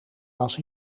was